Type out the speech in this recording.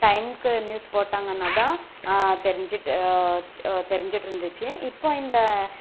டைம்க்கு நியூஸ் போட்டாங்கனால் தான் தெரிஞ்சுட்டு த் தெரிஞ்சுட்ருந்துச்சு இப்போது இந்த